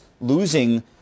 losing